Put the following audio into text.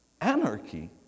anarchy